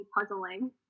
puzzling